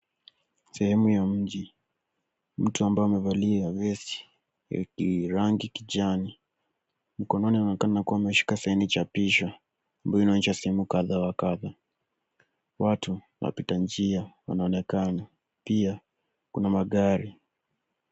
Sehemu ya mji. Mtu ambaye amevalia vesti ya rangi kijani mkononi anaonekana ameshika sahani chapisho ambayo inaonyesha sehemu kadha wa kadha. Watu wapita njia wanaonekana pia kuna magari.